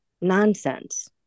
nonsense